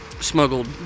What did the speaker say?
smuggled